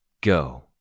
Go